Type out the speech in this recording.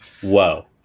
whoa